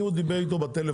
אם הוא דיבר איתו בטלפון,